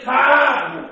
time